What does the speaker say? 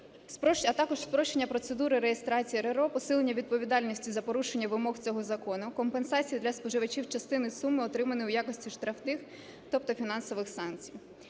а також спрощення процедури реєстрації РРО, посилення відповідальності за порушення вимог цього закону, компенсації для споживачів частини суми, отриманої у якості штрафних, тобто фінансових санкцій.